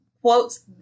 quotes